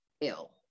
ill